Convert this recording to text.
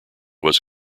was